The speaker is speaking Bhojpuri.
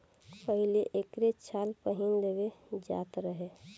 पहिले एकरे छाल पहिन लेवल जात रहे